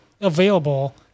available